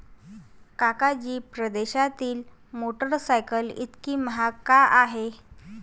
काका जी, परदेशातील मोटरसायकल इतकी महाग का आहे?